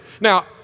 Now